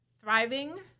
thriving